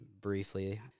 briefly